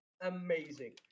amazing